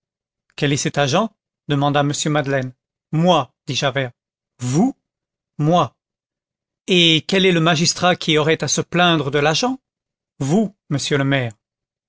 quel est cet agent demanda m madeleine moi dit javert vous moi et quel est le magistrat qui aurait à se plaindre de l'agent vous monsieur le maire